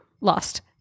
Lost